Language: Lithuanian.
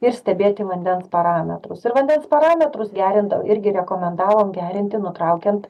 ir stebėti vandens parametrus ir vandens parametrus gerinta irgi rekomendavom gerinti nutraukiant